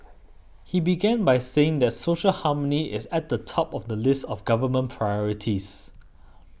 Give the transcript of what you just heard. he began by saying that social harmony is at the top of the list of government priorities